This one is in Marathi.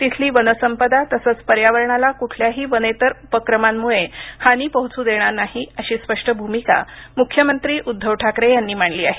तिथली वनसंपदा तसंच पर्यावरणाला कुठल्याही वनेतर उपक्रमांमुळे हानी पोहोचू देणार नाही अशी स्पष्ट भूमिका मुख्यमंत्री उद्दव ठाकरे यांनी मांडली आहे